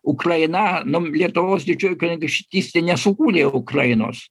ukraina lietuvos didžioji kunigaikštystė nesukūrė ukrainos